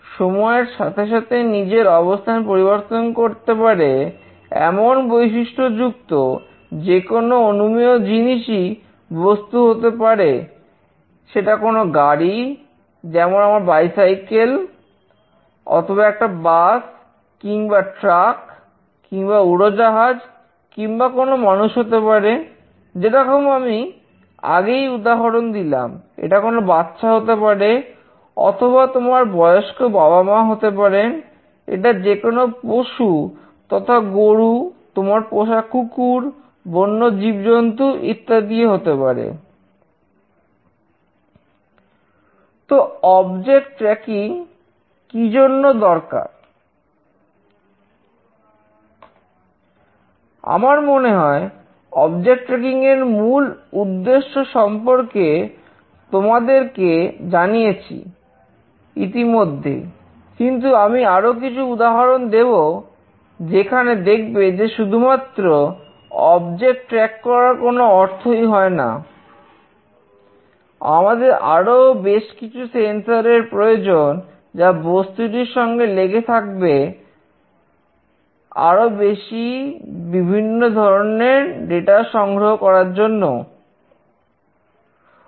সময়ের সাথে সাথে নিজের অবস্থান পরিবর্তন করতে পারে এমন বৈশিষ্ট্যযুক্ত যেকোনো অনুমেয় জিনিস বস্তু হতে পারে হতে পারে সেটা কোন গাড়ি যেমন আমার বাইসাইকেল আমার গাড়ি অথবা একটা বাস কিংবা উড়োজাহাজ কিংবা কোন মানুষ হতে পারে যেরকম আমি আগেই উদাহরণ দিলাম এটা কোন বাচ্চা হতে পারে অথবা তোমার বয়স্ক বাবা মা হতে পারেন এটা যে কোন পশু তথা গরু তোমার পোষা কুকুর বন্য জীবজন্তু ইত্যাদি হতে পারে তো অবজেক্ট ট্র্যাকিং সংগ্রহ করবে